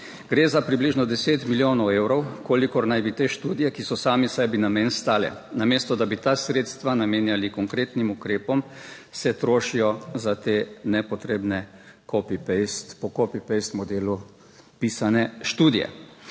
Gre za približno deset milijonov evrov, kolikor naj bi te študije, ki so same sebi namen, stale, namesto da bi ta sredstva namenjali konkretnim ukrepom se trošijo za te nepotrebne po copy paste modelu pisane študije.